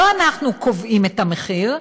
לא אנחנו קובעים את המחיר,